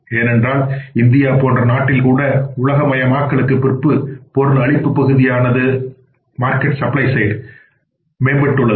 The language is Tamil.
ஏனென்றால் இந்தியா போன்ற நாட்டில் கூட உலகமயமாக்கலுக்கு பிறகு பொருள் அளிப்பு பகுதியானது மேம்பட்டுள்ளது